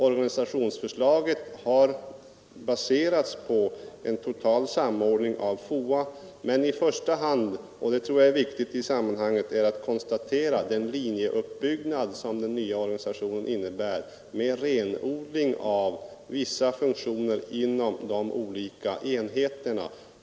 Organisationsförslaget har baserats på en total samordning av FOA, men i första hand — och det tror jag är viktigt i sammanhanget — skall konstateras den linjeuppbyggnad som den nya organisationen innebär med renodling av vissa funktioner inom de olika enheterna.